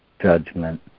judgment